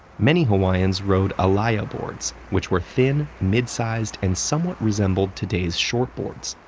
many hawaiians road alaia boards, which were thin, midsized, and somewhat resemble today's shortboards.